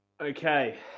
Okay